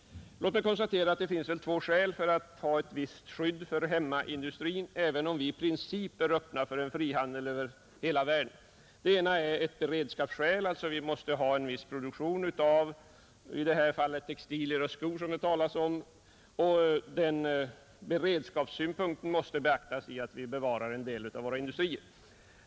Låt mig konstatera att det finns skäl att ha ett visst skydd för hemmaindustrin, även om vi i princip är öppna för en frihandel över hela världen. Vi måste av beredskapsskäl ha en viss produktion — i det här fallet av textilier och skor — och beredskapssynpunkten måste beaktas genom att vi där bevarar en del av våra industrier.